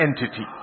entity